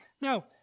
Now